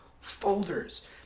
folders